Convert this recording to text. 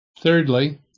Thirdly